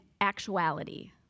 actuality